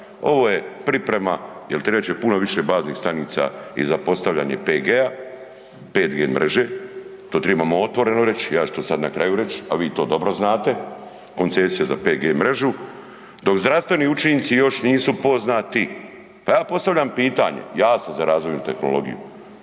ovo je priprema jer trebat će puno više baznih stanica i za postavljanje 5G mreže, to trebamo otvoreno reći, ja ću to sad na kraju reći a vi to dobro znate, koncesija za 5G mrežu dok zdravstveni učinci još nisu poznati. Pa ja postavljam pitanje, ja sam za razvojnu tehnologiju.